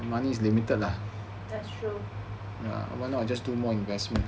that's true